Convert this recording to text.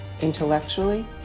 intellectually